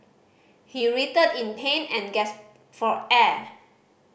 he writhed in pain and gasped for air